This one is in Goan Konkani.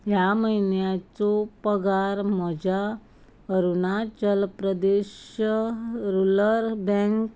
ह्या म्हयन्याचो पगार म्हज्या अरुणाचल प्रदेश रुरल बँक